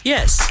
Yes